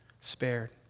spared